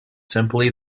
simply